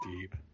deep